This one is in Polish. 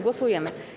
Głosujemy.